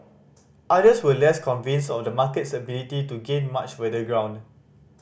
others were less convinced of the market's ability to gain much weather ground